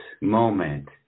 moment